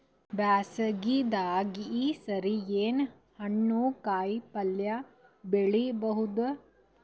ಬ್ಯಾಸಗಿ ದಾಗ ಈ ಸರಿ ಏನ್ ಹಣ್ಣು, ಕಾಯಿ ಪಲ್ಯ ಬೆಳಿ ಬಹುದ?